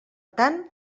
tant